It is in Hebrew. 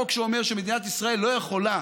חוק שאומר שמדינת ישראל לא יכולה